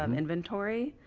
um inventory.